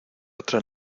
otra